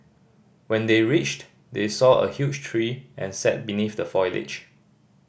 when they reached they saw a huge tree and sat beneath the foliage